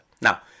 Now